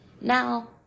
Now